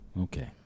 Okay